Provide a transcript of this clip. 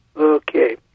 Okay